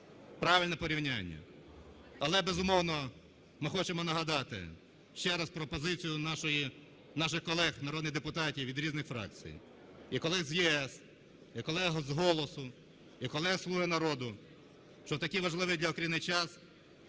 Правильне порівняння. Але, безумовно, ми хочемо нагадати ще раз пропозицію наших колег народних депутатів від різних фракцій – і колег з "ЄС", і колег з "Голосу", і колег із "Слуги народу", що в такий важливий для України час